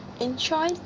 enjoy